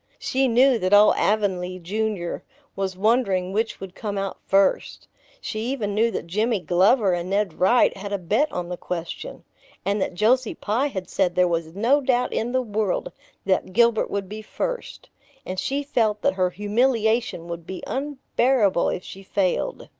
she knew that all avonlea junior was wondering which would come out first she even knew that jimmy glover and ned wright had a bet on the question and that josie pye had said there was no doubt in the world that gilbert would be first and she felt that her humiliation would be unbearable if she failed.